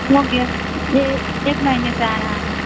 हो गया ये एक महीने से आ रहा है